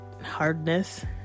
hardness